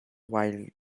while